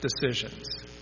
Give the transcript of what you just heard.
decisions